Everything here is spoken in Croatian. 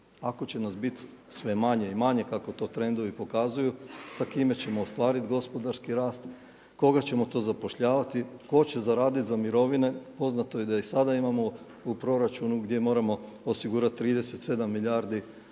Ako će nas bit sve manje i manje kako to trendovi pokazuju, sa kime ćemo ostvariti gospodarski rast, koga ćemo to zapošljavati, tko će zaraditi za mirovine, poznato je da i sada imamo u proračunu gdje moramo osigurati 37 milijardi